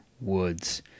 Woods